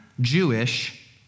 Jewish